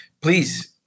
please